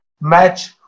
match